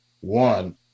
one